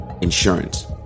insurance